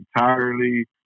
entirely